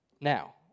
Now